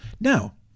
Now